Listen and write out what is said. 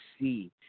see